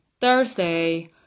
Thursday